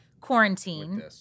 quarantine